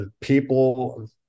people